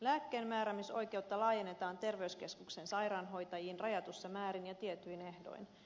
lääkkeenmääräämisoikeutta laajennetaan terveyskeskuksen sairaanhoitajiin rajatussa määrin ja tietyin ehdoin